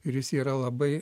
ir jis yra labai